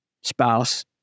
spouse